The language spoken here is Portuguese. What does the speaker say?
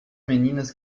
meninas